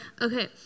Okay